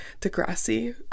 Degrassi